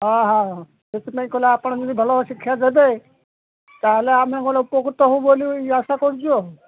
ହଁ ହଁଁ ସେଥିପାଇଁ କହଲେ ଆପଣ ଯଦି ଭଲ ଶିକ୍ଷା ଦେବେ ତାହେଲେ ଆମେ ଗଲେେ ଉପକୃତ ହେବୁ ବୋଲି ଆଶା କରୁଛୁ ଆଉ